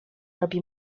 robi